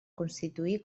constituir